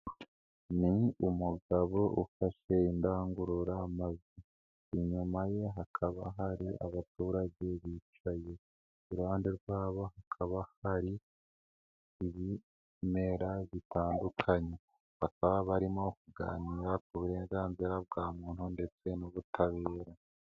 Ni umugabo ufashe indangururamajwi, inyuma ye hakaba hari abaturage bicaye, iruhande rwabo hakaba hari ibimera bitandukanye, bakaba barimo kuganira ku burenganzira bwa muntu ndetse n'ubutabera.